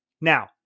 Now